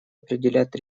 определять